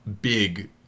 big